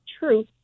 truth